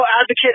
advocate